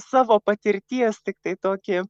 savo patirties tiktai tokį